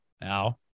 Now